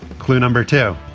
clue number two,